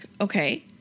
Okay